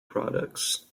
products